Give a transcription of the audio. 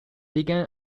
began